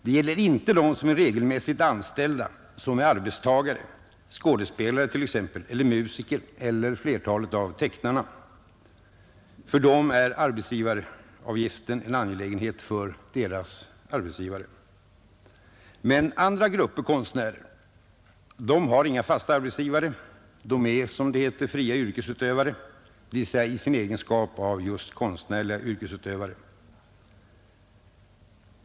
Det gäller inte dem som är regelmässigt anställda, som är arbetstagare: skådespelare t.ex. eller musiker eller flertalet av tecknarna. När det gäller dem är arbetsgivaravgiften en angelägenhet för deras arbetsgivare. Men andra grupper konstnärer har inga fasta arbetsgivare. De är, som det heter, fria yrkesutövare — dvs. i sin egenskap av just konstnärliga yrkesutövare.